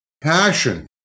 passion